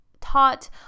taught